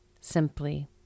simply